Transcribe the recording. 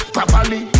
Properly